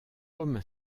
homme